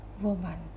woman